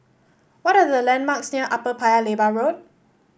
what are the landmarks near Upper Paya Lebar Road